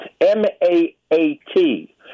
M-A-A-T